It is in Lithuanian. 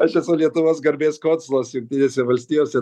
aš esu lietuvos garbės konsulas jungtinėse valstijose